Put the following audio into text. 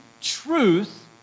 truth